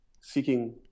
seeking